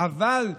אבל תראו,